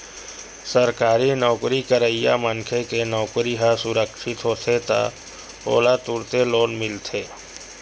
सरकारी नउकरी करइया मनखे के नउकरी ह सुरक्छित होथे त ओला तुरते लोन मिलथे